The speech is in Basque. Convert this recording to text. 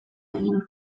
egin